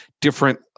different